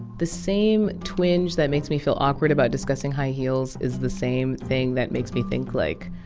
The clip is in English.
the same twinge that makes me feel awkward about discussing high heels is the same thing that makes me think like,